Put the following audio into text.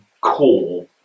core